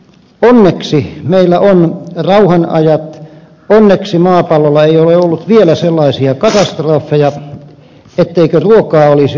onneksi meillä on rauhan ajat onneksi maapallolla ei ole ollut vielä sellaisia katastrofeja etteikö ruokaa olisi ollut kaupan